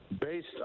based